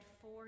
four